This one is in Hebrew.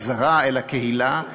חזרה אל הקהילה,